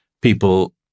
people